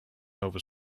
nova